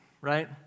right